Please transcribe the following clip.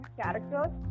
characters